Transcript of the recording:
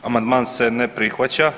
Amandman se ne prihvaća.